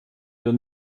wir